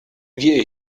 wie